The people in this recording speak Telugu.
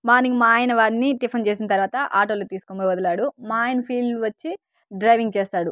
మార్నింగ్ మా ఆయన వారిని టిఫన్ చేసిన తర్వాత ఆటోలో తీసుకొని పోయి వదిలాడు మా ఆయన ఫీల్డ్ వచ్చి డ్రైవింగ్ చేస్తాడు